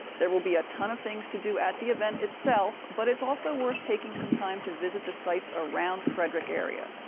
there will be a ton of things to do at the event itself, but it's also worth taking some time to visit the sites around frederick area.